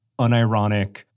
unironic